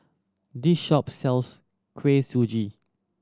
this shop sells Kuih Suji